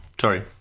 Sorry